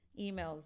Emails